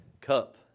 cup